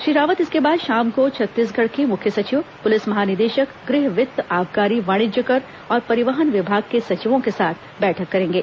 श्री रावत इसके बाद शाम को छत्तीसगढ़ के मुख्य सचिव पुलिस महानिदेशक गृह वित्त आबकारी वाणिज्यिक कर औरं परिवहन विभाग के सचिवों के साथ बैठक करेंगे